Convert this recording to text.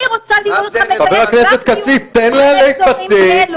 אני רוצה לראות אותך מקיים גם דיון על אזורים כאלו.